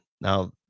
Now